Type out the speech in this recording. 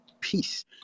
peace